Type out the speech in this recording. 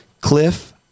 cliff